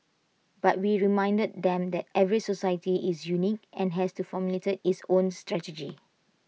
but we reminded them that every society is unique and has to formulate its own strategy